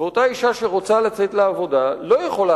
ואותה אשה שרוצה לצאת לעבודה לא יכולה